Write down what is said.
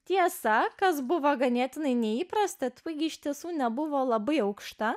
tiesa kas buvo ganėtinai neįprasta taigi iš tiesų nebuvo labai aukšta